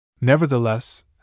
Nevertheless